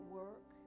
work